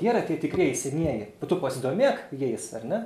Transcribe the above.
jie yra tie tikrieji senieji o tu pasidomėk jais ar ne